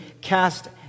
cast